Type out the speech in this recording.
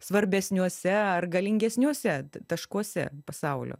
svarbesniuose ar galingesniuose taškuose pasaulio